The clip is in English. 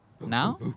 now